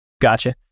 Gotcha